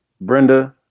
Brenda